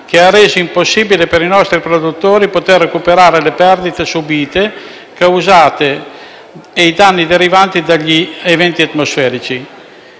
che ha reso impossibile per i nostri produttori recuperare le perdite subite a causa dei danni derivanti dagli eventi atmosferici.